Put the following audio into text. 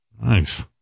Nice